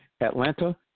Atlanta